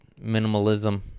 Minimalism